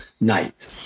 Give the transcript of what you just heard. Night